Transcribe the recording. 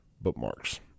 Bookmarks